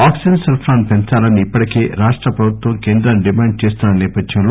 oxygen సరఫరాను పెంచాలని ఇప్పటికే రాష్ట ప్రభుత్వం కేంద్రాన్ని డిమాండు చేస్తున్న నేపథ్యంలో